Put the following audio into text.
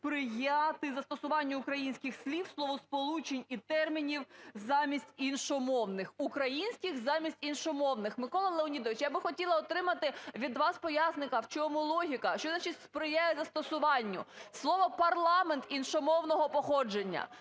сприяти застосуванню українських слів, словосполучень і термінів замість іншомовних, українських замість іншомовних. Микола Леонідович, я би хотіла отримати від вас пояснення, в чому логіка, що значить "сприяє застосуванню"? Слово "парламент" іншомовного походження,